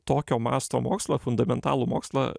tokio masto mokslą fundamentalų mokslą